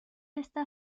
esta